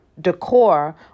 decor